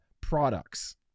products